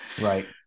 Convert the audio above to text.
Right